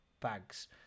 bags